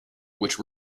which